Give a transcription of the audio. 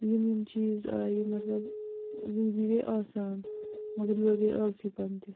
یِم یِم چیٖز آیہِ مطلب زندگی گٔے آسان مگر یورٕ گٔے آلسی پَن تہِ